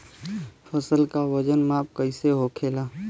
फसल का वजन माप कैसे होखेला?